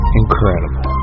incredible